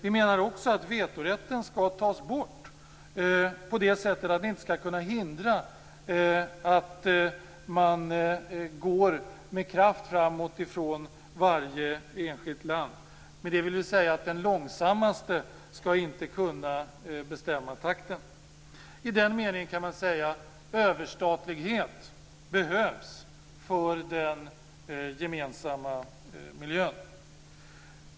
Vi menar också att vetorätten skall tas bort, på det sättet att den inte skall kunna hindra att man med kraft går framåt i varje enskilt land. Med det vill vi säga att den långsammaste inte skall kunna bestämma takten. I den meningen kan man säga att överstatlighet behövs för den gemensamma miljön.